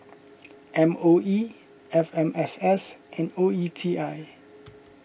M O E F M S S and O E T I